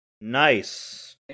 Nice